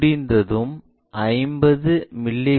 முடிந்ததும் 50 மி